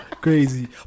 crazy